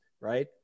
right